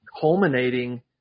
culminating –